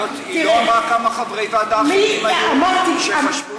היא לא אמרה כמה חברי ועדה אחרים היו שחשבו שיש מקום.